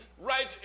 right